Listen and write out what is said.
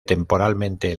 temporalmente